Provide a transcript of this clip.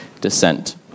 descent